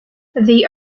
they